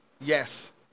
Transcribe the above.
yes